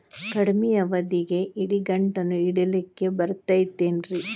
ಕಡಮಿ ಅವಧಿಗೆ ಇಡಿಗಂಟನ್ನು ಇಡಲಿಕ್ಕೆ ಬರತೈತೇನ್ರೇ?